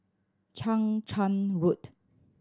Chang Charn Road